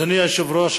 אדוני היושב-ראש,